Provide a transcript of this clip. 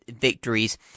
victories